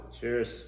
Cheers